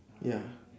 ya